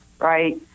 right